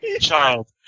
Child